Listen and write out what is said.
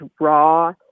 raw